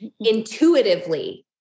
intuitively